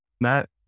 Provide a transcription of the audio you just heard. Matt